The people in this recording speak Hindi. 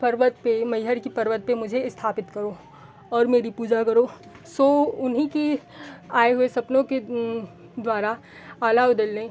पर्वत पर मइहर की पर्वत पर मुझे स्थापित करो और मेरी पूजा करो सो उन्हीं के आए हुए सपनों के द्वारा आला ऊदल ने